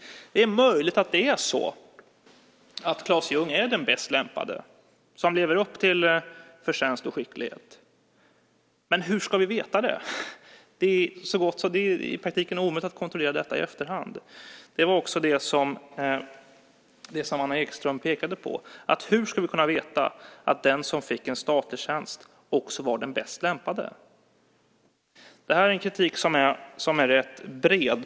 Det är möjligt att Claes Ljungh är den bäst lämpade, som lever upp till förtjänst och skicklighet. Men hur ska vi veta det? Det är i praktiken omöjligt att kontrollera detta i efterhand. Det var också detta som Anna Ekström pekade på. Hur ska vi kunna veta att den som fick en statlig tjänst också var den bäst lämpade? Det här är en kritik som är rätt bred.